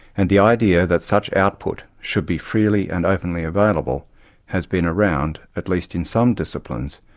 and the idea that such output should be freely and openly available has been around, at least in some disciplines,